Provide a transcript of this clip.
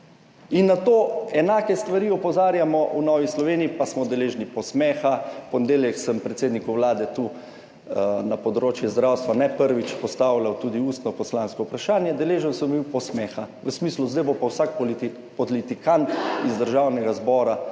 Na enake stvari opozarjamo v Novi Sloveniji, pa smo deležni posmeha. V ponedeljek sem predsedniku Vlade tu glede področja zdravstva, ne prvič, postavljal tudi ustno poslansko vprašanje, deležen sem bil posmeha v smislu, da bo pa zdaj vsak politikant iz Državnega zbora